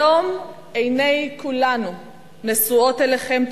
היום עיני כולנו נשואות אליכם,